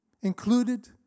Included